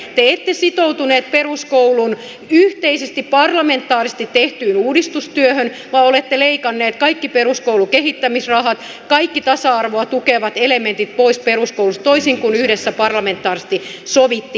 te ette sitoutuneet peruskoulun yhteisesti parlamentaarisesti tehtyyn uudistustyöhön vaan olette leikanneet kaikki peruskoulun kehittämisrahat kaikki tasa arvoa tukevat elementit pois peruskoulusta toisin kuin yhdessä parlamentaarisesti sovittiin